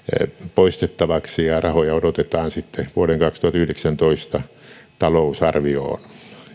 poistettavaksi ja rahoja odotetaan sitten vuoden kaksituhattayhdeksäntoista talousarvioon